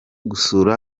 gusura